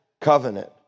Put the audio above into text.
covenant